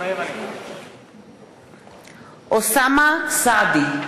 מתחייב אני אוסאמה סעדי,